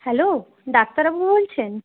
hello ডাক্তারবাবু বলছেন